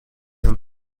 van